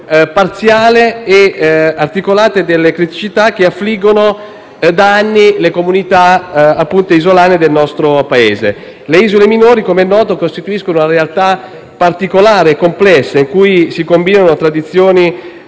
parziale le articolate criticità che affliggono da anni le comunità isolane del nostro Paese. Le isole minori - com'è noto - costituiscono una realtà particolare e complessa in cui si combinano tradizioni